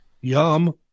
Yum